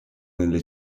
nelle